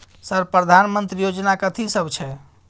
Sir प्रधानमंत्री योजना कथि सब छै?